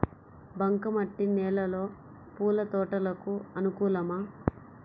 బంక మట్టి నేలలో పూల తోటలకు అనుకూలమా?